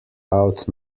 out